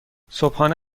صبحانه